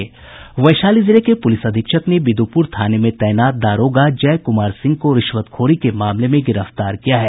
वैशाली जिले के पुलिस अधीक्षक ने बिद्रपुर थाने में तैनात दारोगा जय कुमार सिंह को रिश्वतखोरी के मामले में गिरफ्तार किया है